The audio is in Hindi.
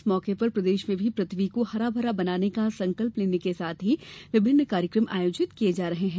इस मौके पर प्रदेश में भी पृथ्वी को हरा भरा बनाने का संकल्प लेने के साथ ही विभिन्न कार्यक्रम आयोजित किये जा रहे हैं